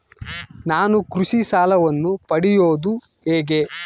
ನಾನು ಕೃಷಿ ಸಾಲವನ್ನು ಪಡೆಯೋದು ಹೇಗೆ?